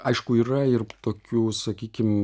aišku yra ir tokių sakykim